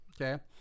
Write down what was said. Okay